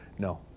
No